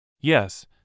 Yes